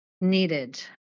needed